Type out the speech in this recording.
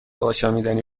آشامیدنی